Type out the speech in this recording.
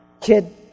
kid